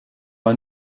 man